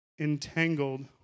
entangled